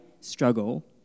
struggle